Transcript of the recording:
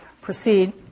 proceed